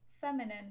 Feminine